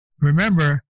remember